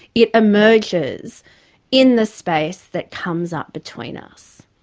it emerges in the space that comes up between us.